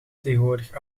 tegenwoordig